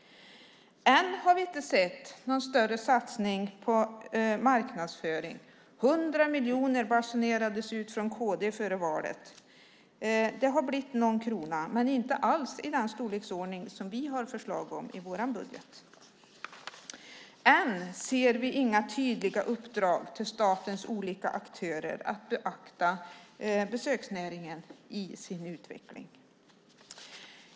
Än har vi inte sett någon större satsning på marknadsföring. 100 miljoner basunerades ut från kd före valet. Det har blivit någon krona, men inte alls i den storleksordning som vi har förslag om i vår budget. Än ser vi inga tydliga uppdrag till statens olika aktörer att beakta besöksnäringen i sin utveckling.